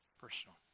personal